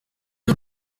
y’u